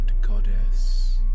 goddess